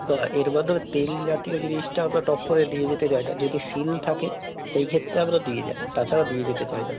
না এর মাধ্যে তেলজাতীয় জিনিসটা আমরা টপ করে দিয়ে যেতে চাই না যদি সিল থাকে সেইক্ষেত্রে আমরা দিয়ে যাই তাছাড়া দিয়ে যেতে চাই না